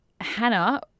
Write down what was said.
Hannah